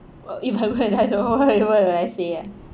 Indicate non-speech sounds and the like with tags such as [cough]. uh [laughs] if I if I I don't know I don't know what will I say ah